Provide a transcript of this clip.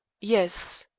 yes.